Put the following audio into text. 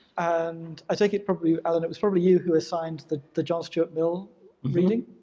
and i think it probably, alan, it was probably you who assigned the the john stuart mill reading.